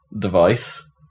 device